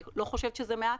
אני לא חושבת שזה מעט.